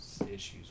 issues